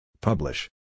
Publish